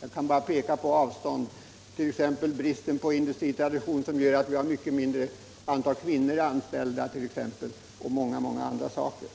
Jag vill här bara peka på de stora avstånden och bristen på industriell tradition, som gör att man där har mycket färre kvinnor anställda inom industrin